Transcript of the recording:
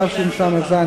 התשס"ז 2007,